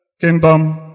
kingdom